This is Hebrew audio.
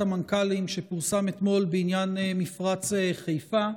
המנכ"לים שפורסם אתמול בעניין מפרץ חיפה,